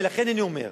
ולכן אני אומר,